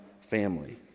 family